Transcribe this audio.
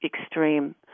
extreme